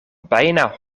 bijna